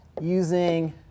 using